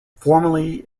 formerly